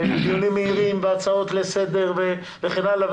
דיונים מהירים והצעות לסדר וכן הלאה,